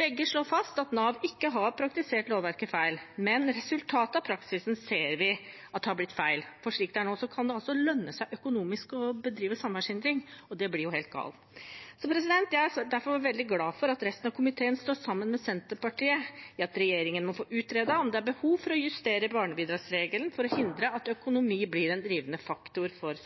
Begge slår fast at Nav ikke har praktisert lovverket feil, men resultatet av praksisen ser vi har blitt feil, for slik det er nå, kan det altså lønne seg økonomisk å bedrive samværshindring, og det blir jo helt galt. Jeg er derfor veldig glad for at resten av komiteen står sammen med Senterpartiet i at regjeringen må få utredet om det er behov for å justere barnebidragsregelen for å hindre at økonomi blir en drivende faktor for